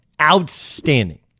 outstanding